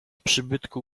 przybytku